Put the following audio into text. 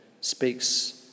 speaks